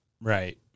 Right